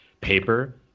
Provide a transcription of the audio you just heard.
paper